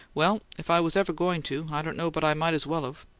well if i was ever going to, i don't know but i might as well of.